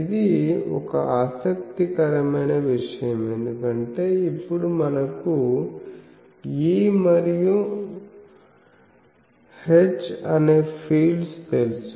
ఇది ఒక ఆసక్తికరమైన విషయం ఎందుకంటే ఇప్పుడు మనకు E మరియు H అనే ఫీల్డ్స్ తెలుసు